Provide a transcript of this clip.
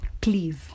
Please